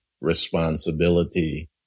responsibility